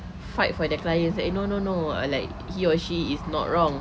fight for their clients you no no no like he or she is not wrong